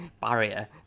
barrier